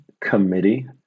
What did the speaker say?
committee